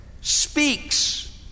speaks